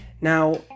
Now